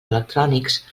electrònics